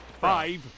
Five